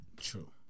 True